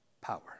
power